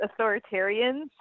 authoritarians